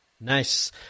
nice